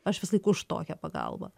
aš visąlaik už tokią pagalbą